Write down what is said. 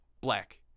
black